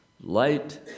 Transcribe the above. light